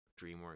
DreamWorks